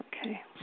Okay